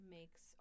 makes